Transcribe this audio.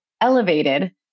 elevated